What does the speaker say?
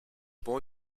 boy